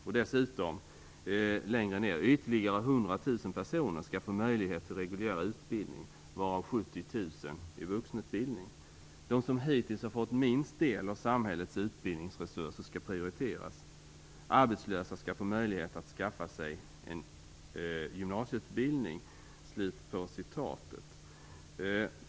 Och dessutom, litet längre ned: "Ytterligare 100 000 personer skall få möjlighet till reguljär utbildning, varav 70 000 i vuxenutbildning. De som hittills har fått minst del av samhällets utbildningsresurser skall prioriteras. Arbetslösa skall få möjlighet att skaffa sig en gymnasieutbildning."